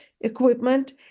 equipment